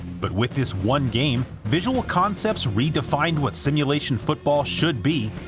but with this one game visual concepts redefined what simulation football should be,